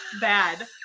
bad